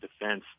defense